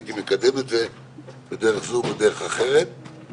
לא היה ולא יהיה --- אני לא מדברת על הדיל